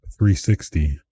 360